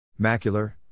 Macular